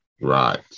right